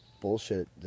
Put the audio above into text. bullshit